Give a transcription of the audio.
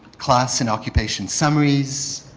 class, and occupation summaries,